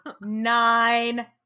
nine